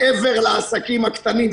מעבר לעסקים הקטנים,